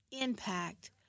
impact